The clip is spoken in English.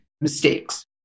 mistakes